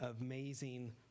amazing